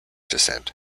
descent